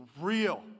real